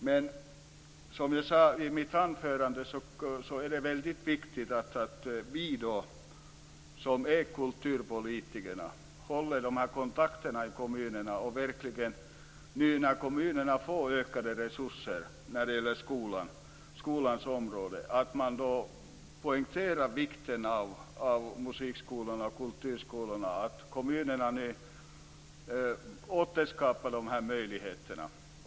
Men som jag sade i mitt anförande är det väldigt viktigt att vi som är kulturpolitiker håller dessa kontakter i kommunerna och verkligen, nu när kommunerna får ökade resurser på skolans område, poängterar vikten av musikskolorna och kulturskolorna och att kommunerna nu bör återskapa de här möjligheterna.